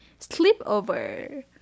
sleepover